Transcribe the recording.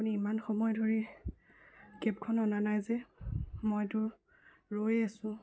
আপুনি ইমান সময় ধৰি কেবখন অনা নাই যে মইতো ৰৈ আছোঁ